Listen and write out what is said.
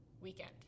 weekend